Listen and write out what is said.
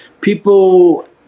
people